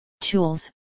Tools